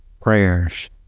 prayers